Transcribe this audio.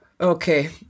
Okay